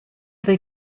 they